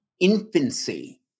infancy